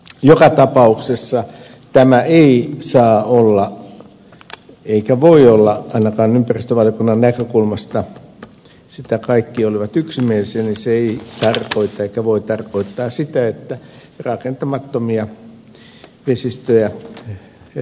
joka tapauksessa tämä ei saa olla eikä voi olla ainakaan ympäristövaliokunnan näkökulmasta niin siitä kaikki olivat yksimielisiä eikä se tarkoita eikä voi tarkoittaa sitä että rakentamattomia vesistöjä rakennettaisiin